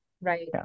right